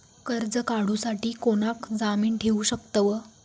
कर्ज काढूसाठी कोणाक जामीन ठेवू शकतव?